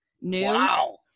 Wow